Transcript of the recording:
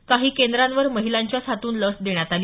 काही केंद्रांवर महिलांच्याच हातून लस देण्यात आली